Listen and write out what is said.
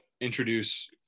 introduce